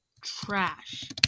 trash